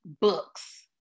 books